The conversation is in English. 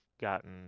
gotten